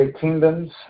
kingdoms